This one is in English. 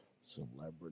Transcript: Celebrity